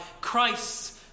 Christ